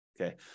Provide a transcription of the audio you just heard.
okay